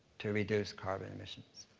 to reduce carbon emissions.